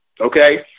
Okay